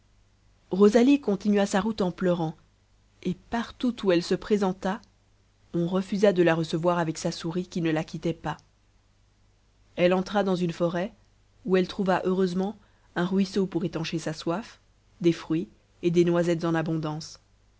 rosalie continua sa route en pleurant et partout où elle se présenta on refusa de la recevoir avec sa souris qui ne la quittait pas elle entra dans une forêt où elle trouva heureusement un ruisseau pour étancher sa soif des fruits et des noisettes en abondance